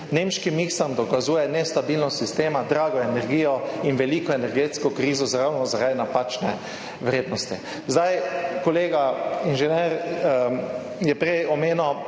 Nemški miks nam dokazuje nestabilnost sistema, drago energijo in veliko energetsko krizo ravno zaradi napačne vrednosti. Kolega inženir je prej omenil